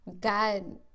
God